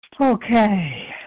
Okay